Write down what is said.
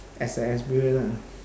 as a experience lah